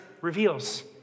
reveals